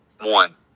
One